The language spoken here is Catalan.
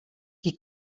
qui